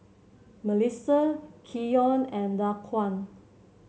Mellissa Keon and Daquan